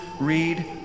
read